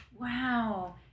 Wow